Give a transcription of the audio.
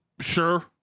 Sure